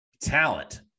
talent